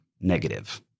negative